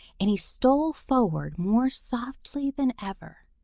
and he stole forward more softly than ever.